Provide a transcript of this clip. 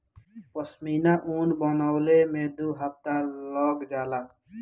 पश्मीना ऊन बनवले में दू हफ्ता लग जाला